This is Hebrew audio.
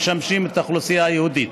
המשמשים את האוכלוסייה היהודית,